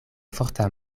forta